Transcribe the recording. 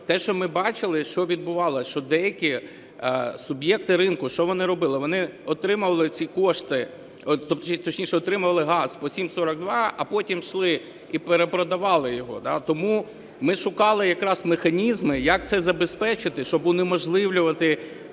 те, що ми бачили, що відбувалося, що деякі суб'єкти ринку, що вони робили? Вони отримували ці кошти, точніше, отримували газ по 7,42, а потім ішли і перепродавали його. Тому ми шукали якраз механізми, як це забезпечити, щоб унеможливлювати